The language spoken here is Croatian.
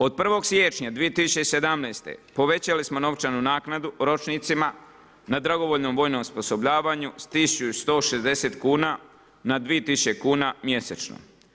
Od 1.1.2017. povećali smo novčanu naknadu ročnicima, na dragovoljnom vojnom osposobljavanju sa 1160 kn na 2000 kn mjesečno.